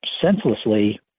senselessly –